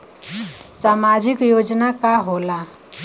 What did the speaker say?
सामाजिक योजना का होला?